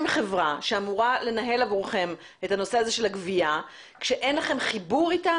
המרכז לאכיפה וגבייה וינהל את הדבר הזה.